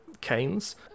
canes